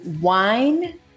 wine